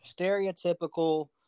stereotypical